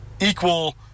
equal